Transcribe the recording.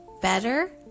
Better